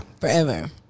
Forever